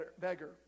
beggar